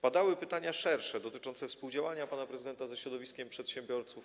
Padały pytania szersze, dotyczące współdziałania pana prezydenta ze środowiskiem przedsiębiorców.